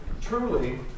truly